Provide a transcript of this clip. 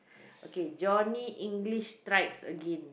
okay Johnny-English-Strikes-Again